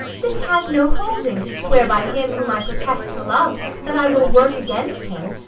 this has no holding, to swear by him whom i protest to love that i will work against him.